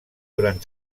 durant